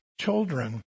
children